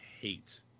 Hate